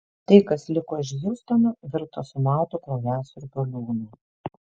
tai kas liko iš hjustono virto sumautu kraujasiurbių liūnu